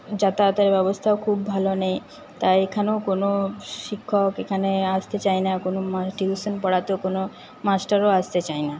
যাতায়াতের ব্যবস্থাও খুব ভালো নেই তাই এখানেও কোনও শিক্ষক এখানে আসতে চায় না কোনও টিউশন পড়াতে কোনও মাস্টারও আসতে চায় না